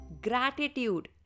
Gratitude